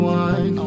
one